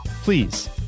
Please